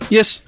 Yes